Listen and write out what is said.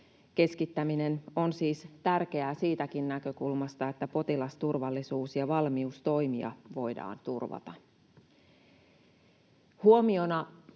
Keskittäminen on siis tärkeää siitäkin näkökulmasta, että potilasturvallisuus ja valmius toimia voidaan turvata. Huomiona